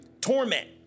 torment